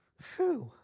Phew